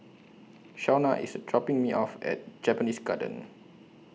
Shawna IS dropping Me off At Japanese Garden